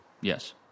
Yes